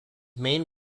main